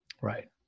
Right